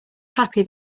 happy